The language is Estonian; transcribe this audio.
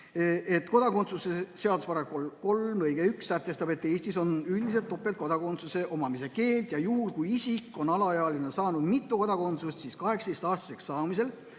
Kodakondsuse seaduse § 3 lõige 1 sätestab, et Eestis on üldiselt topeltkodakondsuse omamise keeld ja kui isik on alaealisena saanud mitu kodakondsust, siis 18-aastaseks saamisel